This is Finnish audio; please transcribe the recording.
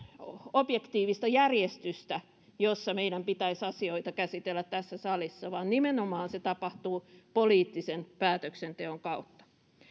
objektiivista järjestystä jossa meidän pitäisi asioita käsitellä tässä salissa vaan nimenomaan se tapahtuu poliittisen päätöksenteon kautta